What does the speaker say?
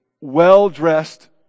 well-dressed